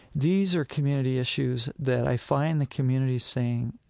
these are community issues that i find the community saying,